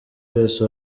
wese